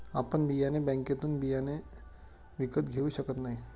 आपण बियाणे बँकेतून बियाणे विकत घेऊ शकत नाही